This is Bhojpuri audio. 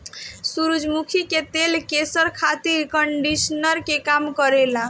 सूरजमुखी के तेल केस खातिर कंडिशनर के काम करेला